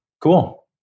Cool